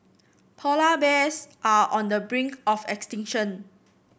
polar bears are on the brink of extinction